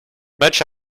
much